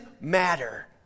matter